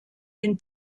den